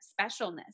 specialness